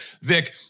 Vic